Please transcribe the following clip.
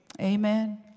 Amen